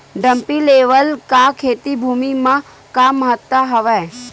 Dumpy level का खेती भुमि म का महत्व हावे?